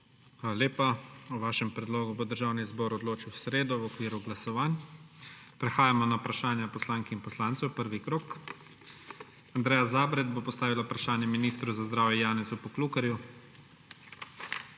lepa. O vašem predlogu bo Državni zbor odločil v sredo v okviru glasovanju. Prehajamo na vprašanja poslank in poslancev, prvi krog. Andreja Zabret bo postavila vprašanje ministru za zdravje Janezu Poklukarju.